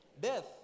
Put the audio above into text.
death